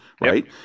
right